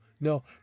no